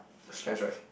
stress right